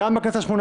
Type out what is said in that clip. מהכנסת ה-18